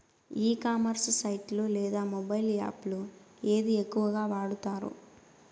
ఈ commerce site లో లేదా మొబైల్ యాప్ లో ఏది ఎక్కువగా వాడుతారు?